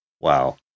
Wow